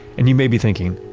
and you may be thinking,